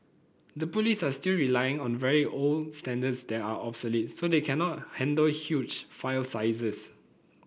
the police are still relying on very old standards that are obsolete so they cannot handle huge file sizes